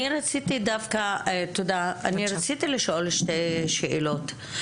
אני רציתי לשאול שתי שאלות.